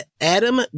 Adam